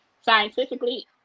Scientifically